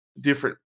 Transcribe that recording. different